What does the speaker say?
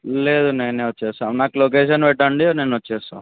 లేదు నేనే వచ్చేస్తా నాకు లొకేషన్ పెట్టండి నేను వచ్చేస్తా